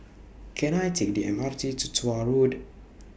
Can I Take The M R T to Tuah Road